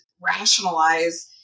rationalize